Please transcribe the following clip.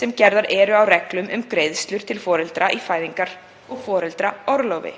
sem gerðar eru á reglum um greiðslur til foreldra í fæðingar- og foreldraorlofi.